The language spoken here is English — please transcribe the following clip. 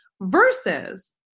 versus